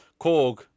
Korg